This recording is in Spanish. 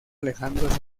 alejandro